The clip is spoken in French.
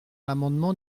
l’amendement